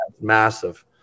massive